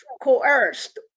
coerced